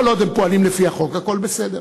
כל עוד הם פועלים לפי החוק, הכול בסדר.